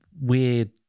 weird